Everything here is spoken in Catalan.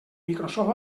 microsoft